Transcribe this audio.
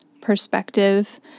perspective